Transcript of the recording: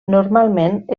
normalment